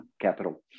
capital